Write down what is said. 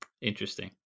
Interesting